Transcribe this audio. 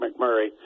McMurray